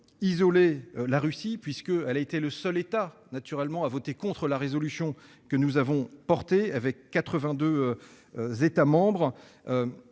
isolé la Russie, puisqu'elle a été le seul État à voter contre la résolution que nous avons portée avec 82 autres